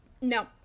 No